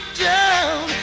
down